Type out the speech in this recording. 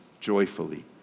joyfully